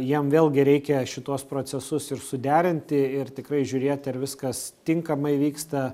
jiem vėlgi reikia šituos procesus ir suderinti ir tikrai žiūrėt ar viskas tinkamai vyksta